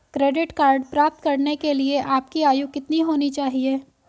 Credit card प्राप्त करने के लिए आपकी आयु कितनी होनी चाहिए?